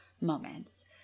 moments